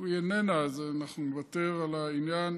טוב, היא איננה, אז אנחנו נוותר על העניין.